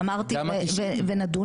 ואמרתי נכון.